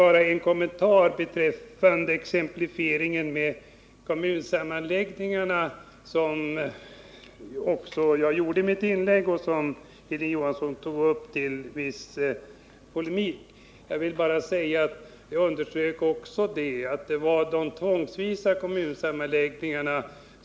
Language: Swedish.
Bara en kommentar beträffande exemplifieringen med kommunsammanläggningarna som jag gjorde i mitt inlägg och som Hilding Johansson tog upp en viss polemik emot. Jag vill bara säga att jag underströk att det gällde de tvångsvisa kommunsammanläggningarna.